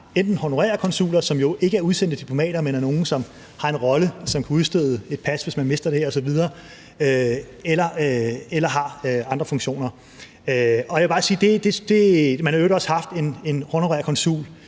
enten honorære konsuler, som jo ikke er udsendte diplomater, men er nogle, som har bl.a. den rolle at kunne udstede et pas, hvis man mister det osv., eller som har andre funktioner. Man har i øvrigt også haft en honorær konsul